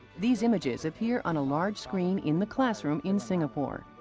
these images appear on a large screen in the classroom in singapore.